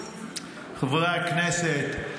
חברי הכנסת,